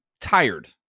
tired